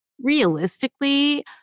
realistically